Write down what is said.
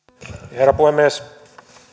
herra puhemies